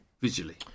visually